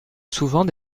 souvent